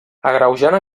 agreujant